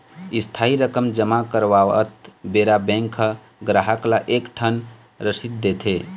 इस्थाई रकम जमा करवात बेरा बेंक ह गराहक ल एक ठन रसीद देथे